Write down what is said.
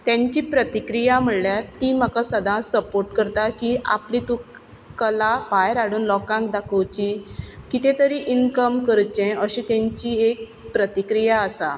तेंची प्रतिक्रिया म्हणल्यार ती म्हाका सदांच सपोर्ट करता की आपली तूं कला भायर हाडून लोकांक दाखोवची कितें तरी इन्कम करचें अशी तांची एक प्रतिक्रिया आसा